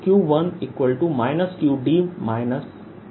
और इसलिए हमें q1 Qdमिलता है